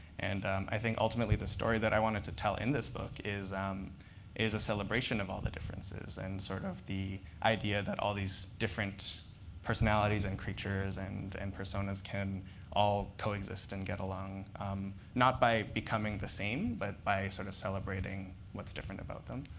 and i think ultimately, the story that i wanted to tell in this book is um is a celebration of all the differences and sort of the idea that all these different personalities and creatures and and personas can all coexist and get along not by becoming the same, but by sort of celebrating what's different about them.